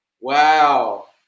Wow